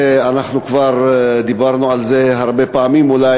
אנחנו כבר דיברנו על זה הרבה פעמים אולי,